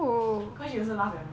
cause she also laugh at me